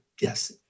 yes